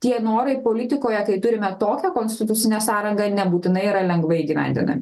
tie norai politikoje tai turime tokią konstitucinę sąrangą nebūtinai yra lengvai įgyvendina